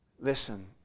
Listen